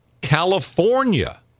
California